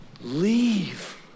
Leave